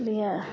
इसलिये